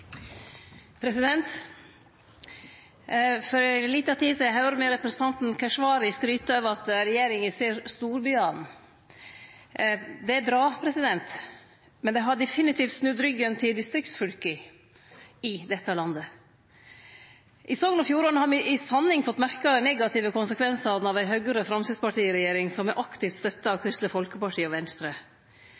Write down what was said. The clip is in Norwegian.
bra. Men dei har definitivt snudd ryggen til distriktsfylka i dette landet. I Sogn og Fjordane har me i sanning fått merke dei negative konsekvensane av ei Høgre–Framstegsparti-regjering som er aktivt støtta av Kristeleg Folkeparti og Venstre.